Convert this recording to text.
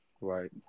right